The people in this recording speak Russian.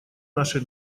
нашей